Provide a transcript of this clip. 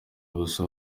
ubusa